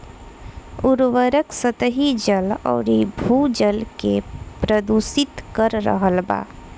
उर्वरक सतही जल अउरी भू जल के प्रदूषित कर रहल बा